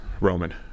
Roman